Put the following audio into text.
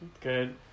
Good